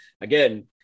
again